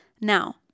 Now